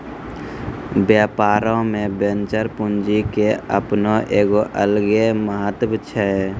व्यापारो मे वेंचर पूंजी के अपनो एगो अलगे महत्त्व छै